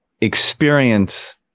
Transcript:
experience